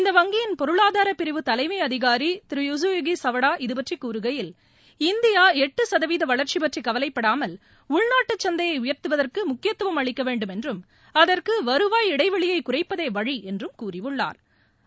இந்த வங்கியின் பொருளாதார பிரிவு தலைமை அதிகாரி திரு யசூகி சவாடா இது பற்றி கூறுகையில் இந்தியா எட்டு சதவீத வளர்ச்சி பற்றி கவலைப்படாமல் உள்நாட்டு சந்தையை உயர்த்துவதற்கு முக்கியத்துவம் அளிக்கவேண்டும் என்றும் அதற்கு வருவாய் இடைவெளியை குறைப்பதே வழி என்றும் கூறியுள்ளாா்